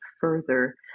further